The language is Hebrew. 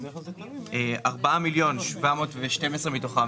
4.712 מתוכם